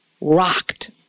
rocked